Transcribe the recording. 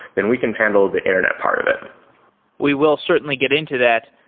then we can handle the internet part of it we will certainly get into that.